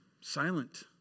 silent